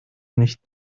nicht